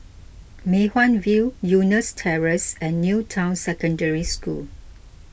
Mei Hwan View Eunos Terrace and New Town Secondary School